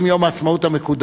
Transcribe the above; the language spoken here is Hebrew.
אם יום העצמאות הוא מקודש,